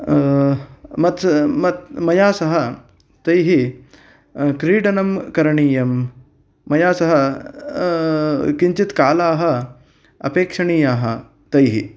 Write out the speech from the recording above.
मत् मत् मया सह तैः क्रीडनं करणीयं मया सह किञ्चित् कालाः अपेक्षणीयाः तैः